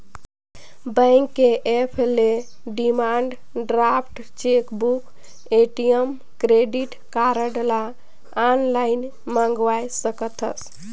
bank के app ले demand draft, chequebook, ATM, credit card ल आनलाइन मंगवाये सकथस